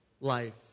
life